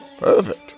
Perfect